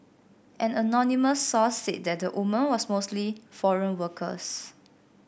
an anonymous source said that the women was mostly foreign workers